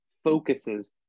focuses